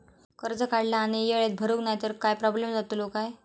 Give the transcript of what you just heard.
कर्ज काढला आणि वेळेत भरुक नाय तर काय प्रोब्लेम जातलो काय?